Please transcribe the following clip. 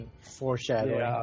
Foreshadowing